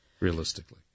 realistically